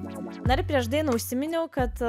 dar prieš dainą užsiminiau kad